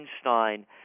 Einstein